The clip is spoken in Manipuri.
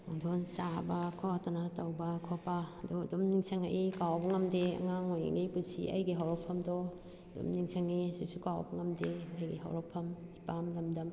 ꯄꯨꯡꯗꯣꯟ ꯆꯥꯕ ꯈꯣꯠꯇꯅ ꯇꯧꯕ ꯈꯣꯠꯄ ꯑꯗꯨ ꯑꯗꯨꯝ ꯅꯤꯡꯁꯤꯡꯉꯛꯏ ꯀꯥꯎꯕ ꯉꯝꯗꯦ ꯑꯉꯥꯡ ꯑꯣꯏꯔꯤꯉꯩ ꯄꯨꯟꯁꯤ ꯑꯩꯒꯤ ꯍꯧꯔꯛꯐꯝꯗꯣ ꯑꯗꯨꯝ ꯅꯤꯡꯁꯤꯡꯏ ꯍꯧꯖꯤꯛꯁꯨ ꯀꯥꯎꯕ ꯉꯝꯗꯦ ꯑꯩꯒꯤ ꯍꯧꯔꯛꯐꯝ ꯏꯄꯥꯝ ꯂꯝꯗꯝ